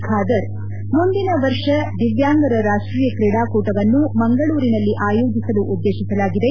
ಖಾದರ್ ಮುಂದಿನ ವರ್ಷ ದಿವ್ಯಾಂಗರ ರಾಷ್ಟೀಯ ಕ್ರೀಡಾಕೂಟವನ್ನು ಮಂಗಳೂರಿನಲ್ಲಿ ಆಯೋಜಿಸಲು ಉದ್ದೇಶಿಸಲಾಗಿದೆ